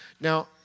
Now